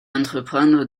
entreprendre